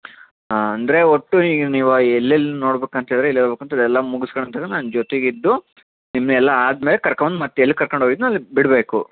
ಆಂ ಅಂದರೆ ಒಟ್ಟು ಈಗ ನೀವು ಎಲ್ಲೆಲ್ಲಿ ನೋಡ್ಬೇಕ್ ಅಂತೇಳಿದ್ರೆ ಅಲ್ಲೆಲ್ಲ ಮುಗ್ಸ್ಗಳ ತನಕ ನಾನು ಜೊತೆಗಿದ್ದು ನಿಮ್ಮನ್ನೆಲ್ಲ ಆದ ಮೇಲ್ ಕರ್ಕೊಂಬಂದು ಮತ್ತೆ ಎಲ್ಲಿ ಕರ್ಕಂಡು ಹೋಗಿದ್ದೆನೋ ಅಲ್ಲಿ ಬಿಡಬೇಕು